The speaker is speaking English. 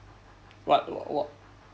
what wha~